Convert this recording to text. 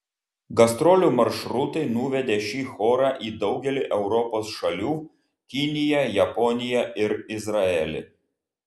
gastrolių maršrutai nuvedė šį chorą į daugelį europos šalių kiniją japoniją ir izraelį